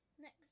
next